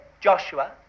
Joshua